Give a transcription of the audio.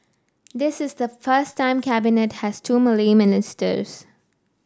this is the first time Cabinet has two Malay ministers